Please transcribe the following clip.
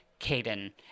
Caden